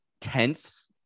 tense